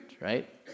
right